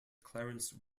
clarence